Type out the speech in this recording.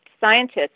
scientists